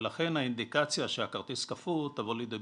ולכן, האינדיקציה שהכרטיס קפוא תבוא לידי ביטוי.